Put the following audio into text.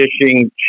fishing